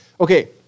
Okay